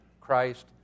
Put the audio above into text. Christ